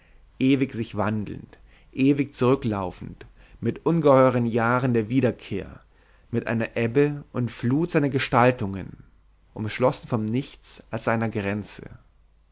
ewig sich wandelnd ewig zurücklaufend mit ungeheuren jahren der wiederkehr mit einer ebbe und flut seiner gestaltungen umschlossen vom nichts als seiner grenze